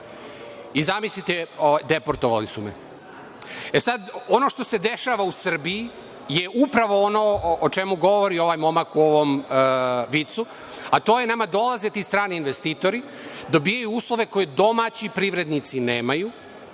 Zamislite, deportovali su me. Sad, ono što se dešava u Srbiji je upravo ono o čemu govori ovaj momak u ovom vicu, a to je da nama dolaze ti strani investitori, dobijaju uslove koje domaći privrednici nemaju